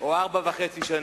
וחצי או ארבע שנים